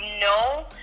no